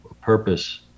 purpose